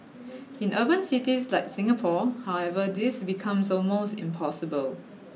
in urban cities like Singapore however this becomes almost impossible